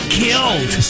killed